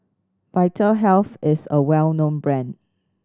Vitahealth is a well known brand